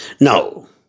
Now